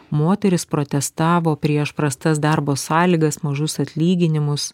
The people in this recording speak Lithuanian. moterys protestavo prieš prastas darbo sąlygas mažus atlyginimus